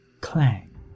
clang